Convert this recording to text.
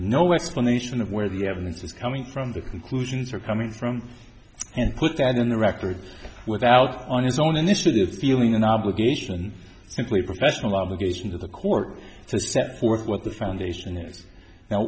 no explanation of where the evidence is coming from the conclusions are coming from and put that on the record with alcoa on his own initiative stealing an obligation simply professional obligation to the court to set forth what the foundation